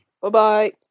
Bye-bye